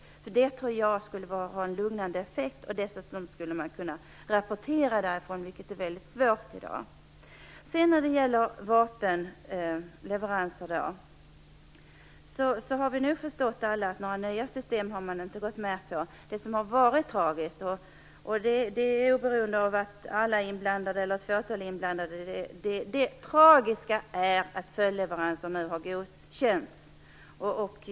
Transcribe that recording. Det tror jag skulle ha en lugnande effekt. Dessutom skulle man kunna ha rapportering därifrån, vilket är väldigt svårt i dag. När det sedan gäller vapenleveranser har vi nu alla förstått att man inte har gått med på några nya system. Det tragiska är att följdleveranser nu har godkänts.